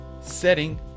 setting